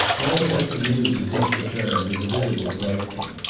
walter took the news of dick's return with a visible brightening.